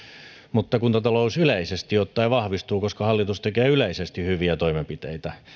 mutta kuntatalous yleisesti ottaen vahvistuu koska hallitus tekee yleisesti hyviä toimenpiteitä